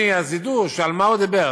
אז ידעו שעל מה הוא דיבר.